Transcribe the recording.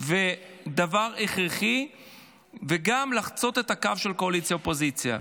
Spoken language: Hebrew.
והדבר ההכרחי וגם לחצות את הקו של קואליציה אופוזיציה?